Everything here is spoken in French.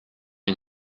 une